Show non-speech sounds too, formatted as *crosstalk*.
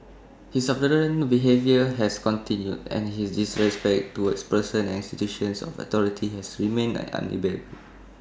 his abhorrent behaviour has continued and his disrespect *noise* towards persons and institutions of authority has remained unabated